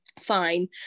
fine